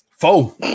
Four